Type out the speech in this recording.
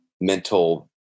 mental